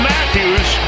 Matthews